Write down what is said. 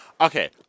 Okay